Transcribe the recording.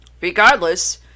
Regardless